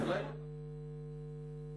(הישיבה נפסקה בשעה